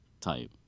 Type